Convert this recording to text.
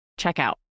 checkout